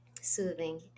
soothing